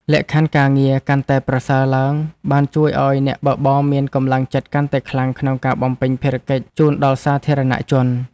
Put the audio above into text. លក្ខខណ្ឌការងារកាន់តែប្រសើរឡើងបានជួយឱ្យអ្នកបើកបរមានកម្លាំងចិត្តកាន់តែខ្លាំងក្នុងការបំពេញភារកិច្ចជូនដល់សាធារណជន។